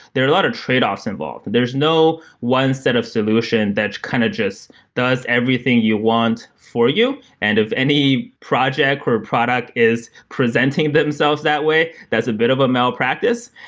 there are a lot of tradeoffs involved. there's no one set of solution that kind of just does everything you want for you, and if any project or product is presenting themselves that way, that's a bit of a malpractice.